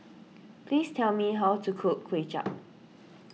please tell me how to cook Kway Chap